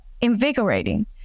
invigorating